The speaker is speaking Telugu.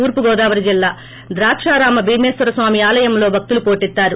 తూర్పు గోదావరి జిల్లా ద్రాకారామ భీమేశ్వర స్వామి ఆలయంలో భక్తులు వోటెత్తారు